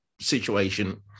situation